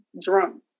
drum